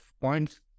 points